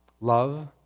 Love